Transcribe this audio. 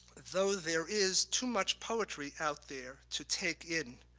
though there is too much poetry out there to take in,